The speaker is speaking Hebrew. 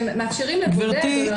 גברתי,